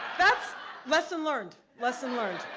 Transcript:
that's lesson learned, lesson learned.